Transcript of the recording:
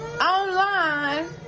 Online